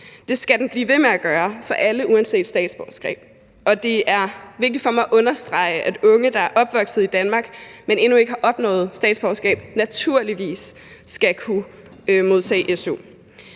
det skal den blive ved med at gøre for alle uanset statsborgerskab. Det er vigtigt for mig at understrege, at unge, der er opvokset i Danmark, men som endnu ikke har opnået statsborgerskab, naturligvis skal kunne modtage su.